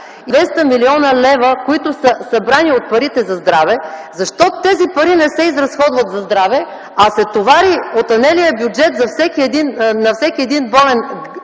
200 млн. лв., които са събрани от парите за здраве, защо тези пари не се изразходват за здраве, а се товари отънелият бюджет на всеки болен гражданин